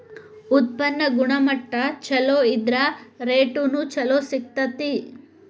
ಉತ್ಪನ್ನ ಗುಣಮಟ್ಟಾ ಚುಲೊ ಇದ್ರ ರೇಟುನು ಚುಲೊ ಸಿಗ್ತತಿ